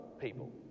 people